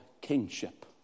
kingship